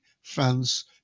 France